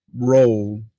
role